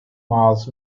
miles